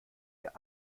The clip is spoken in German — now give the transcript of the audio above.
der